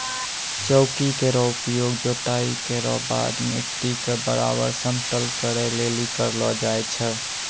चौकी केरो उपयोग जोताई केरो बाद मिट्टी क बराबर समतल करै लेलि करलो जाय छै